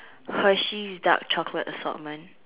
Hershey's dark chocolate assortment